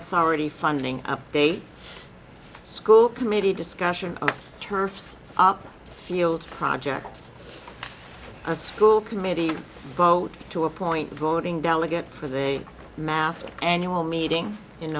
authority funding update school committee discussion turfs field project a school committee vote to appoint voting delegate for the massive annual meeting in